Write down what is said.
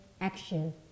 action